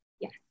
Yes